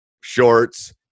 shorts